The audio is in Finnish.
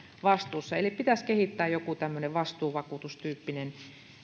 vastuussa eli pitäisi kehittää joku tämmöinen vastuuvakuutustyyppinen